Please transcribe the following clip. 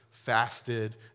Fasted